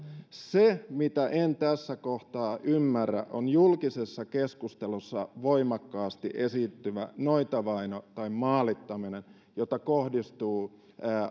se mitä en tässä kohtaa ymmärrä on julkisessa keskustelussa voimakkaasti esiintyvä noitavaino maalittaminen joka kohdistuu